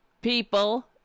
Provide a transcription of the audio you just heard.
people